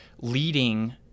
leading